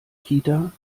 kita